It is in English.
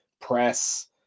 press